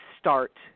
start